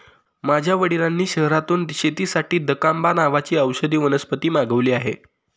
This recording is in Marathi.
माझ्या वडिलांनी शहरातून शेतीसाठी दकांबा नावाची औषधी वनस्पती मागवली आहे